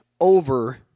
over